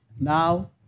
Now